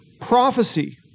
Prophecy